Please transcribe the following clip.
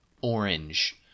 orange